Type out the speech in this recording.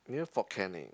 near Fort-Canning